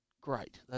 Great